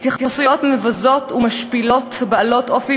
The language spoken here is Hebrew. התייחסויות מבזות ומשפילות בעלות אופי